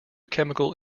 chemical